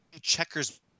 checkers